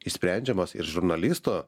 išsprendžiamos ir žurnalisto